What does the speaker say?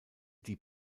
die